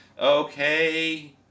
okay